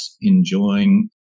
enjoying